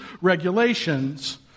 regulations